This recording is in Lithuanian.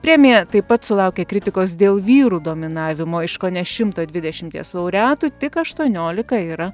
premija taip pat sulaukė kritikos dėl vyrų dominavimo iš kone šimto dvidešimties laureatų tik aštuoniolika yra